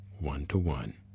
one-to-one